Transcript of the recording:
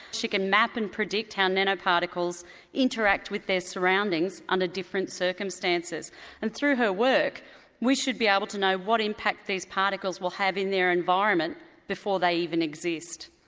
she can map and predict how nano-particles interact with their surroundings under different circumstances and through her work we should be able to know what impact these particles will have in their environment before they even exist.